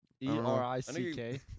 E-R-I-C-K